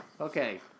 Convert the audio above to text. Okay